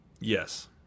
Yes